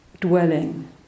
dwelling